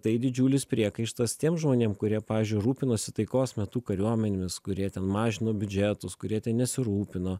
tai didžiulis priekaištas tiem žmonėm kurie pavyzdžiui rūpinosi taikos metu kariuomenėmis kurie ten mažino biudžetus kurie nesirūpino